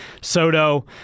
Soto